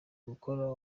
bakora